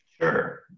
Sure